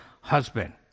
husband